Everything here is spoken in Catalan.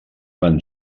van